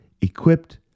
equipped